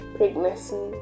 Pregnancy